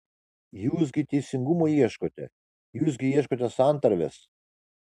jūs gi teisingumo ieškote jūs gi ieškote santarvės